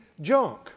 junk